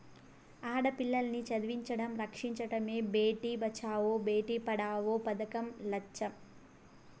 ఆడపిల్లల్ని చదివించడం, రక్షించడమే భేటీ బచావో బేటీ పడావో పదకం లచ్చెం